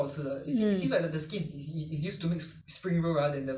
and the vegetable vegetable you must cook until very soft you know